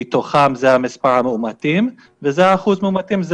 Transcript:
מתוכן זה מספר המאומתים וזה אחוז המאומתים,